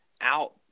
out